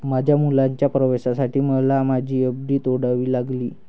माझ्या मुलाच्या प्रवेशासाठी मला माझी एफ.डी तोडावी लागली